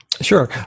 Sure